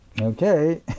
okay